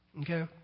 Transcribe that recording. Okay